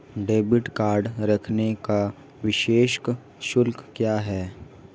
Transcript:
Debit card रखने का वार्षिक शुल्क क्या है?